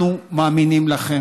אנחנו מאמינים לכם,